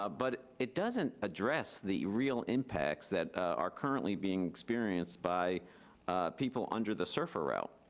ah but it doesn't address the real impacts that are currently being experienced by people under the serfr route.